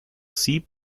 sieb